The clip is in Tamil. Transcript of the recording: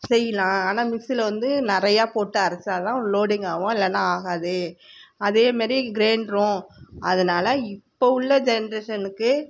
செய்யலாம் ஆனால் மிக்சியில் வந்து நிறையா போட்டு அரைச்சா தான் லோடிங் ஆகும் இல்லைனா ஆகாது அதேமாரி கிரைண்டரும் அதனால் இப்போ உள்ள ஜெனரேஷனுக்கு